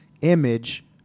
image